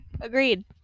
Agreed